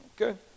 Okay